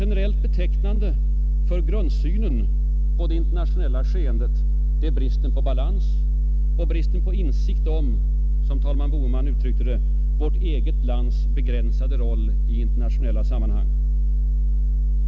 Generellt betecknande för grundsynen på det internationella skeendet är bristen på balans och bristen på insikt om — som talman Boheman uttryckte det — vårt eget lands ”begränsade roll i internationella sammanhang”.